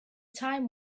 time